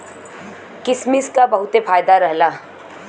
किसमिस क बहुते फायदा रहला